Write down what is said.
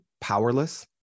powerless